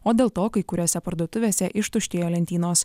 o dėl to kai kuriose parduotuvėse ištuštėjo lentynos